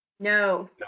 No